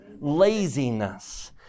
laziness